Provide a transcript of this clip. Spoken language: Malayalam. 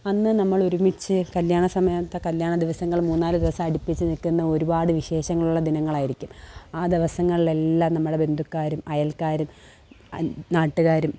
അന്ന് നമ്മളൊരുമിച്ച് കല്യാണ സമയത്തെ കല്യാണ ദിവസങ്ങൾ മൂന്നാലു ദിവസം അടുപ്പിച്ച് നിൽക്കുന്ന ഒരുപാട് വിശേഷങ്ങളുള്ള ദിനങ്ങളായിരിക്കും ആ ദിവസങ്ങളിലെല്ലാം നമ്മുടെ ബന്ധുക്കാരും അയൽക്കാരും നാട്ടുകാരും